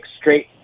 straight